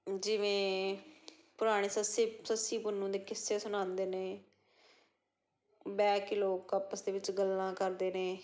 ਜਿਵੇਂ ਪੁਰਾਣੀ ਸੱਸੇ ਸੱਸੀ ਪੁੰਨੂ ਦੇ ਕਿੱਸੇ ਸੁਣਾਉਂਦੇ ਨੇ ਬਹਿ ਕੇ ਲੋਕ ਆਪਸ ਦੇ ਵਿੱਚ ਗੱਲਾਂ ਕਰਦੇ ਨੇ